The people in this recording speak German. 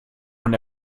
man